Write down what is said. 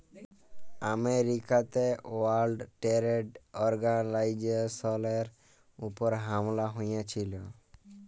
আমেরিকাতে world trade অর্গালাইজেশলের উপর হামলা হঁয়েছিল